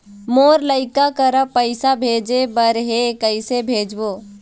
मोर लइका करा पैसा भेजें बर हे, कइसे भेजबो?